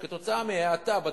כתוצאה מהאטה בתכנון,